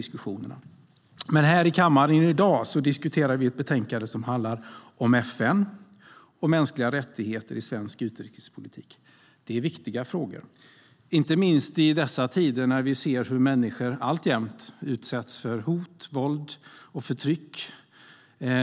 Här i kammaren diskuterar vi i dag ett betänkande som handlar om FN och mänskliga rättigheter i svensk utrikespolitik. Det är viktiga frågor, inte minst i dessa tider när vi ser hur människor alltjämt utsätts för hot, våld och förtryck.